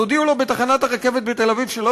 אז הודיעו לו בתחנת הרכבת בתל-אביב שלא